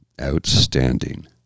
Outstanding